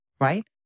right